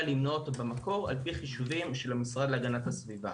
למנוע אותו במקור על פי חישובים של המשרד להגנת הסביבה.